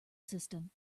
system